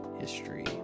history